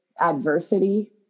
adversity